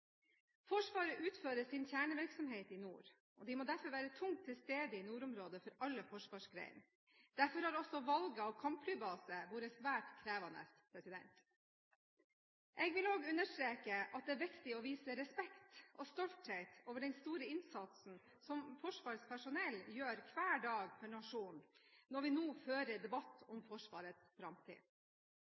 Forsvaret utfører sin kjernevirksomhet i nord, og de må derfor være tungt til stede i nordområdet for alle forsvarsgrenene. Derfor har også valget av kampflybase vært svært krevende. Jeg vil også understreke at det er viktig å vise respekt for og stolthet over den store innsatsen som Forsvarets personell gjør hver dag for nasjonen, når vi nå fører debatt om Forsvarets framtid.